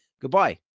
Goodbye